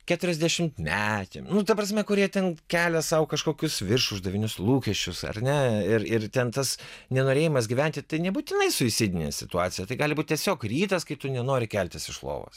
keturiasdešimtmečiam nu ta prasme kurie ten kelia sau kažkokius viršuždavinius lūkesčius ar ne ir ir ten tas nenorėjimas gyventi tai nebūtinai suicidinė situacija tai gali būt tiesiog rytas kai tu nenori keltis iš lovos